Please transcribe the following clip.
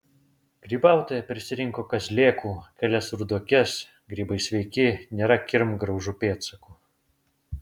grybautoja prisirinko kazlėkų kelias ruduokes grybai sveiki nėra kirmgraužų pėdsakų